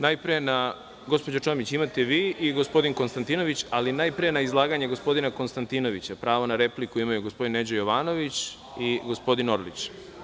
Najpre, gospođo Čomić, imate vi i gospodin Konstantinović, ali najpre na izlaganje gospodina Konstantinovića pravo na repliku imaju gospodin Neđo Jovanović i gospodin Orlić.